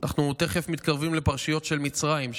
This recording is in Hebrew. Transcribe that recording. אנחנו תכף מתקרבים לפרשיות של מצרים,